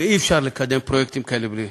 ואי-אפשר לקדם פרויקטים כאלה בלי.